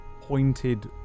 pointed